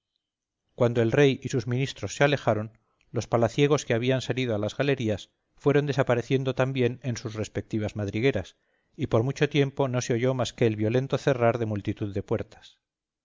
cuando el rey y sus ministros se alejaron los palaciegos que habían salido a las galerías fueron desapareciendo también en sus respectivas madrigueras y por mucho tiempo no se oyó más que el violento cerrar de multitud de puertas